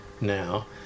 now